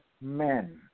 men